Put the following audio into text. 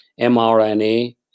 mRNA